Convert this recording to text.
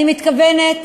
אני מתכוונת,